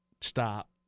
stop